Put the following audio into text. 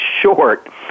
short